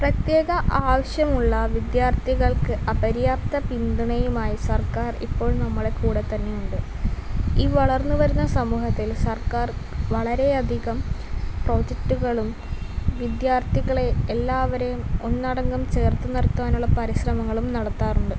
പ്രത്യേക ആവശ്യമുള്ള വിദ്യാർത്ഥികൾക്ക് അപര്യാപ്ത പിന്തുണയുമായി സർക്കാർ ഇപ്പോൾ നമ്മളെ കൂടെ തന്നെയുണ്ട് ഈ വളർന്ന് വരുന്ന സമൂഹത്തിൽ സർക്കാർ വളരെയധികം പ്രോജക്റ്റുകളും വിദ്യാർഥികളെ എല്ലാവരെയും ഒന്നടങ്കം ചേർത്ത് നിർത്തുവാനുള്ള പരിശ്രമങ്ങളും നടത്താറുണ്ട്